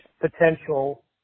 potential